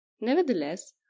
nevertheless